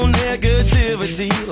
negativity